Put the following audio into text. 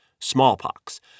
smallpox